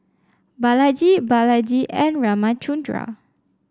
Balaji Balaji and Ramchundra